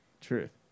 Truth